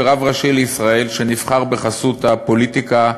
שכשרב ראשי לישראל שנבחר בחסות הפוליטיקה,